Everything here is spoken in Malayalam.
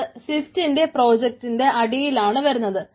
അത് സിഫ്റ്റിന്റെ പ്രോജക്ടിന്റെ അടിയിൽ ആണ് വരുന്നത്